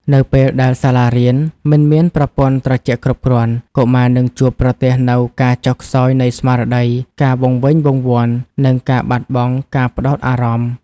នៅពេលដែលសាលារៀនមិនមានប្រព័ន្ធត្រជាក់គ្រប់គ្រាន់ កុមារនឹងជួបប្រទះនូវការចុះខ្សោយនៃស្មារតី ការវង្វេងវង្វាន់ និងការបាត់បង់ការផ្តោតអារម្មណ៍។